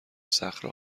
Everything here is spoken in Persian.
صخره